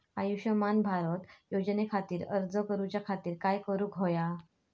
आयुष्यमान भारत योजने खातिर अर्ज करूच्या खातिर काय करुक होया?